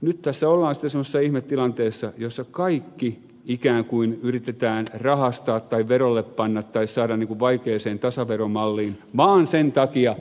nyt tässä ollaan sitten semmoisessa ihmetilanteessa jossa kaikki ikään kuin yritetään rahastaa tai verolle panna tai saada ikään kuin vaikeaan tasaveromalliin vaan sen takia